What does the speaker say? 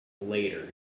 later